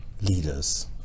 leaders